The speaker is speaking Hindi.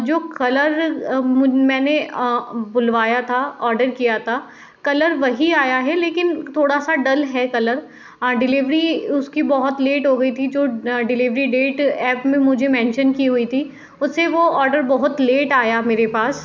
जो कलर मैंने बुलवाया था ऑर्डर किया था कलर वही आया है लेकिन थोड़ा सा डल है कलर डिलीवरी उसकी बहुत लेट हो गई थी जो डिलीवरी डेट एप में मुझे मेंशन की हुई थी उससे वो ऑर्डर बहुत लेट आया मेरे पास